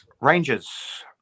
Rangers